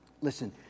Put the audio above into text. listen